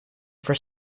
for